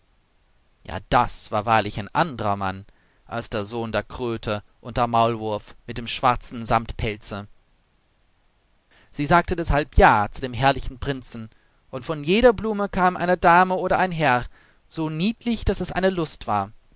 ja das war wahrlich ein anderer mann als der sohn der kröte und der maulwurf mit dem schwarzen samtpelze sie sagte deshalb ja zu dem herrlichen prinzen und von jeder blume kam eine dame oder ein herr so niedlich daß es eine lust war